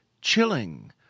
chilling